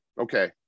okay